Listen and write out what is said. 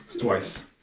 Twice